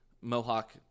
Mohawk